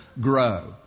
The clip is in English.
grow